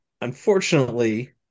Unfortunately